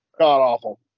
God-awful